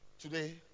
Today